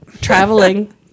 traveling